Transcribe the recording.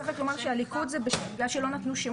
צריך רק לומר, שהליכוד זה בגלל שלא נתנו שמות.